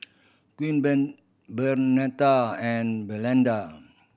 Queen Ben Bernetta and Belinda